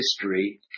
history